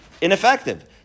ineffective